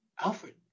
Alfred